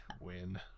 win